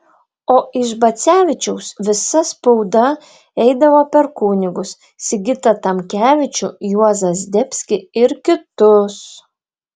o iš bacevičiaus visa spauda eidavo per kunigus sigitą tamkevičių juozą zdebskį ir kitus